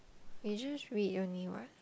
you just read your name what